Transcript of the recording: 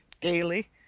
gaily